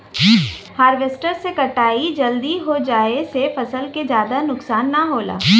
harvester से कटाई जल्दी हो जाये से फसल के जादा नुकसान न होला